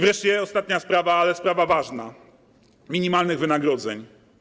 Wreszcie ostatnia sprawa, ale sprawa ważna, minimalnych wynagrodzeń.